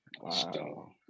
Wow